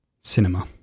cinema